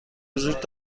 وجود